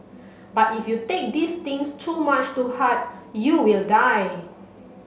but if you take these things too much to heart you will die